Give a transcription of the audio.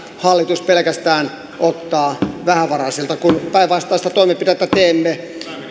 hallitus pelkästään ottaa vähävaraisilta kun päinvastaista toimenpidettä teemme